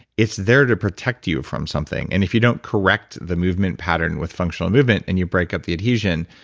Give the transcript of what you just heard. it's there to protect you from something. and if you don't correct the movement pattern with functional movement and you break up the adhesion,